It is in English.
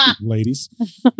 Ladies